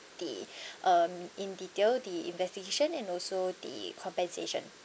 the um in detail the investigation and also the compensation